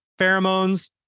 pheromones